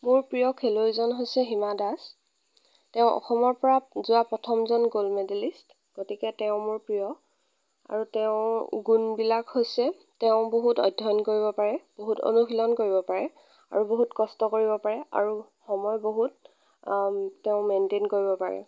মোৰ প্ৰিয় খেলুৱৈজন হৈছে হীমা দাস তেওঁ অসমৰ পৰা যোৱা প্ৰথমজন গ'ল্ড মেডেলিষ্ট গতিকে তেওঁ মোৰ প্ৰিয় আৰু তেওঁৰ গুণবিলাক হৈছে তেওঁ বহুত অধ্যয়ন কৰিব পাৰে বহুত অনুশীলন কৰিব পাৰে আৰু বহুত কষ্ট কৰিব পাৰে আৰু সময় বহুত তেওঁ মেণ্টেইন কৰিব পাৰে